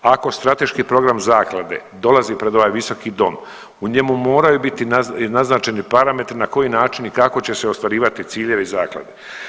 Ako strateški program zaklade dolazi pred ovaj visoki dom u njemu moraju biti naznačeni parametri na koji način i kako će se ostvarivati ciljevi zaklade.